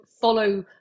Follow